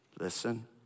Listen